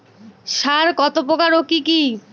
সার কত প্রকার ও কি কি?